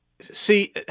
See